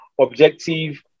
objective